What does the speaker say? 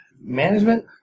management